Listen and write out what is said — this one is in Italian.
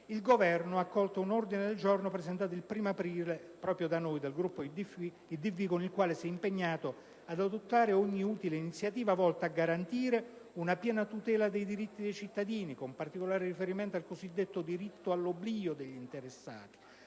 il Governo ha accolto un ordine del giorno, presentato il 1° aprile 2009 dal Gruppo IdV, con il quale si è impegnato ad adottare ogni utile iniziativa volta a garantire una piena tutela dei diritti dei cittadini, con particolare riferimento al cosiddetto diritto all'oblio degli interessati,